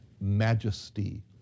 majesty